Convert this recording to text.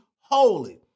holy